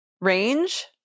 range